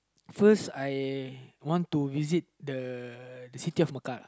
first I want to visit the the city of Mecca